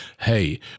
hey